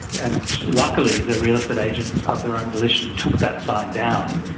and luckily the real estate agent of their own volition took that sign down.